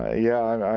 ah yeah,